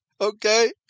Okay